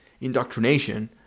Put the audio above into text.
indoctrination